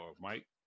Mike